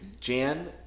Jan